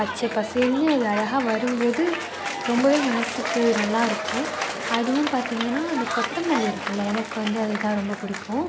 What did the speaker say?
பச்சை பசேல்னு அது அழகாக வரும்போது ரொம்பவே மனதுக்கு நல்லா இருக்கும் அதுவும் பார்த்திங்கனா அந்த கொத்தமல்லி இருக்குதுல்ல எனக்கு வந்து அதுதான் ரொம்ப பிடிக்கும்